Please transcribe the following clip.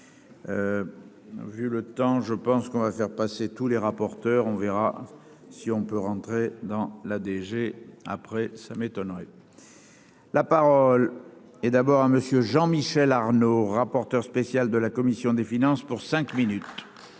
Vu le temps, je pense qu'on va faire passer tous les rapporteurs, on verra si on peut rentrer dans la DG après ça m'étonnerait. La parole est d'abord à monsieur Jean Michel Arnaud, rapporteur spécial de la commission des finances pour cinq.